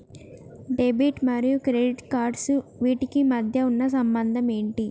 Debit మరియు credit cards వీటికి ఉన్న సంబంధం ఏంటి?